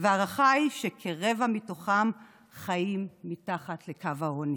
וההערכה היא שכרבע מתוכם חיים מתחת לקו העוני.